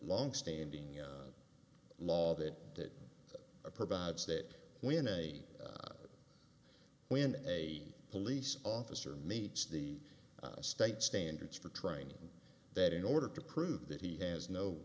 longstanding law that a provides that when a when a police officer meets the state standards for training that in order to prove that he has no